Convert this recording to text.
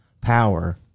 power